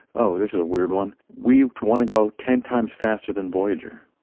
oh, this is a weird one we want to go ten times faster than voyager.